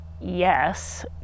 yes